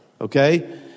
okay